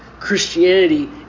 Christianity